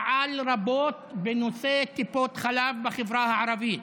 פעל רבות בנושא טיפות חלב בחברה הערבית.